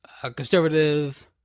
conservative